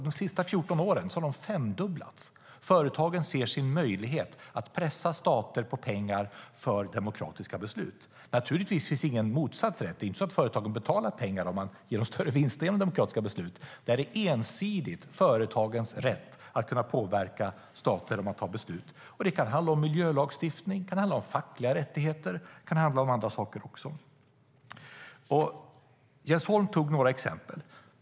De sista 14 åren har de femdubblats. Företagen ser sin möjlighet att pressa stater på pengar för demokratiska beslut. Naturligtvis finns ingen motsatt rätt - det är inte så att företagen betalar pengar om man ger dem större vinster genom demokratiska beslut, utan det här är ensidigt företagens rätt att påverka stater när de tar beslut. Det kan handla om miljölagstiftning, fackliga rättigheter och även andra saker. Jens Holm tog upp några exempel.